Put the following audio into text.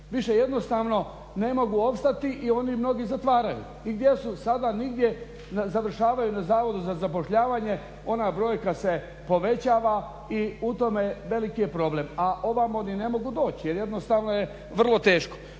Više jednostavno ne mogu opstati i oni mnogi zatvaraju. I gdje su sada? Nigdje, završavaju na Zavodu za zapošljavanje, ona brojka se povećava i u tome veliki je problem. A ovamo ni ne mogu doći jer jednostavno je vrlo teško.